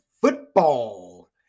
football